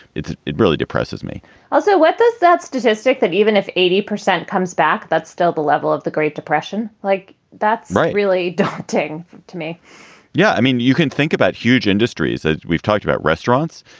it really depresses me ah so what does that statistic that even if eighty percent comes back, that's still the level of the great depression like. that's right. really ducting to me yeah. i mean, you can think about huge industries that we've talked about, restaurants,